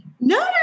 No